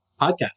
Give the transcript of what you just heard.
podcast